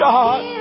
God